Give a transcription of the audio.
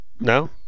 No